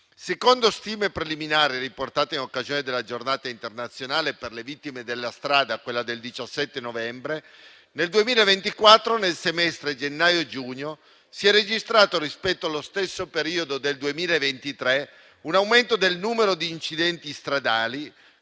Secondo stime preliminari riportate in occasione della Giornata internazionale per le vittime della strada (17 novembre), nel semestre gennaio-giugno del 2024 si è registrato, rispetto allo stesso periodo del 2023, un aumento del numero di incidenti stradali